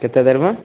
केतेक देरमे